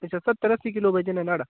अच्छा सत्तर अस्सी किल्लो वजन ऐ नुहाड़ा